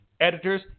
editors